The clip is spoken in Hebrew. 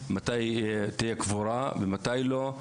מתי תהיה קבורה ומתי לא,